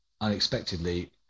unexpectedly